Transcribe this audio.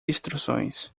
instruções